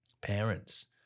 parents